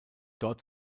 dort